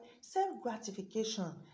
self-gratification